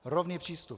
Rovný přístup.